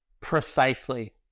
precisely